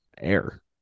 air